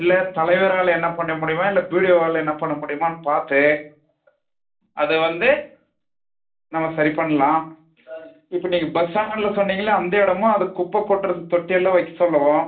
இல்லை தலைவரால் என்ன பண்ண முடியுமா இல்லை பிடிஓவால் என்ன பண்ண முடியுமான்னு பார்த்து அதை வந்து நம்ம சரி பண்ணலாம் இப்போ நீங்கள் பஸ் ஸ்டாண்ட்டில் சொன்னீங்கள அந்த இடமும் அதுக்கு குப்பை கொட்டுகிறதுக்கு தொட்டியெல்லாம் வைக்க சொல்லுவோம்